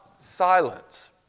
Silence